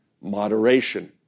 moderation